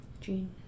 Gene